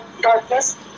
darkness